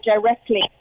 directly